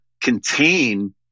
contain